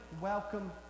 welcome